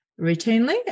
routinely